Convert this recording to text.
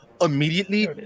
immediately